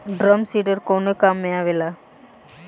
Drum seeder कवने काम में आवेला?